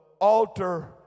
altar